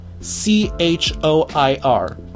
c-h-o-i-r